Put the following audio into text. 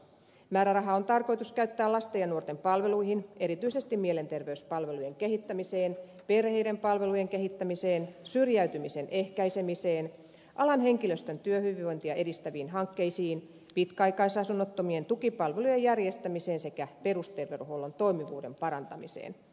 määräraha on tarkoitus käyttää lasten ja nuorten palveluihin erityisesti mielenterveyspalvelujen kehittämiseen perheiden palvelujen kehittämiseen syrjäytymisen ehkäisemiseen alan henkilöstön työhyvinvointia edistäviin hankkeisiin pitkäaikaisasunnottomien tukipalvelujen järjestämiseen sekä perusterveydenhuollon toimivuuden parantamiseen